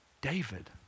David